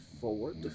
forward